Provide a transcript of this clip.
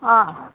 অঁ